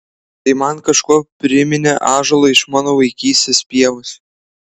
tai man kažkuo priminė ąžuolą iš mano vaikystės pievos